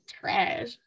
trash